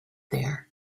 there